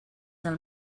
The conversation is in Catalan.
del